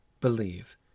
believe